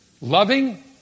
loving